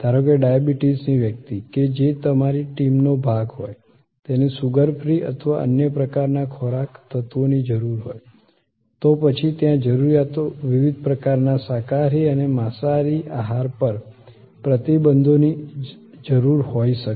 ધારો કે ડાયાબિટીસની વ્યક્તિ કે જે તમારી ટીમનો ભાગ હોય તેને શુગર ફ્રી અથવા અન્ય પ્રકારના ખોરાક તત્વોની જરૂર હોય તો પછી ત્યાં જરૂરિયાતો વિવિધ પ્રકારના શાકાહારી અને માંસાહારી આહાર પર પ્રતિબંધોની જરૂર હોઈ શકે છે